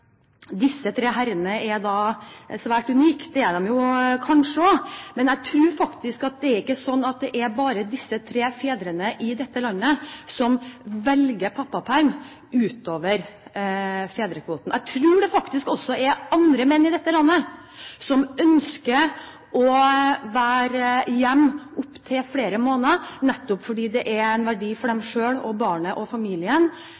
disse tre herrene er svært unike – det er de kanskje også – men jeg tror faktisk at det ikke er slik at det bare er disse tre fedrene i dette landet som velger pappaperm utover fedrekvoten. Jeg tror faktisk det også er andre menn i dette landet som ønsker å være hjemme i opptil flere måneder, nettopp fordi det er en verdi for dem selv, for barnet og for familien